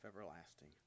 everlasting